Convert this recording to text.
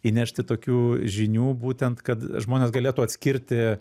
įnešti tokių žinių būtent kad žmonės galėtų atskirti